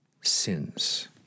sins